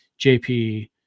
JP